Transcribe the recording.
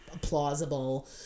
plausible